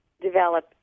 develop